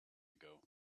ago